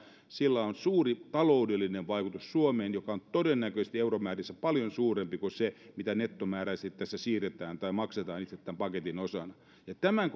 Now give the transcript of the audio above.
sillä on suomeen suuri taloudellinen vaikutus joka on todennäköisesti euromäärissä paljon suurempi kuin se mitä nettomääräisesti tässä siirretään tai maksetaan itse tämän paketin osana tämän